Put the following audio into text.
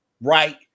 Right